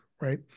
right